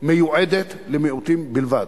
מיועדת למיעוטים בלבד.